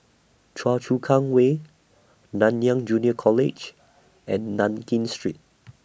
Choa Chu Kang Way Nanyang Junior College and Nankin Street